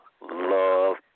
love